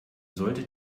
sollte